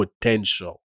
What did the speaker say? potential